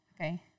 Okay